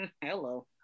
hello